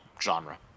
genre